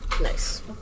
Nice